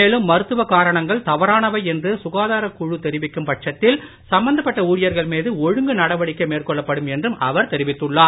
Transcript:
மேலும் மருத்துவ காரணங்கள் தவறானவை என்று சுகாதாரக் குழு தெரிவிக்கும் பட்சத்தில் சம்பந்தப்பட்ட ஊழியர்கள் ஒழுங்கு நடவடிக்கை மேற்கொள்ளப்படும் என்றும் அவர் மீது தெரிவித்துள்ளார்